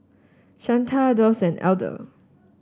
Shanta Doss and Elder